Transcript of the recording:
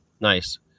nice